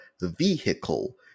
vehicle